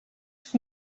que